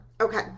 Okay